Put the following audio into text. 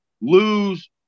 lose